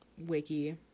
wiki